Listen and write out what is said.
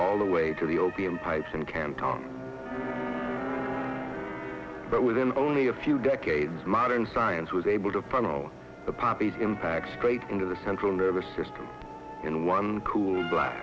all the way to the opium pipes and can come but within only a few decades modern science was able to funnel the poppies impacts straight into the central nervous system in one cool black